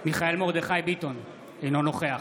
בהצבעה מיכאל מרדכי ביטון, אינו נוכח